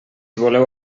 voleu